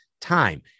time